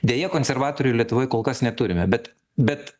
deja konservatorių lietuvoj kol kas neturime bet bet